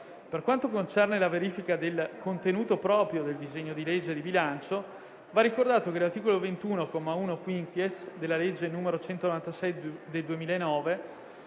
Per quanto concerne la verifica del contenuto proprio del disegno di legge di bilancio, va ricordato che l'articolo 21, comma 1-*quinquies*, della legge n. 196 del 2009,